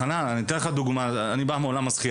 חנן, אני בא מעולם השחייה.